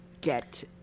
get